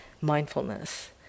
mindfulness